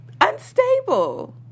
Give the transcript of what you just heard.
unstable